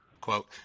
quote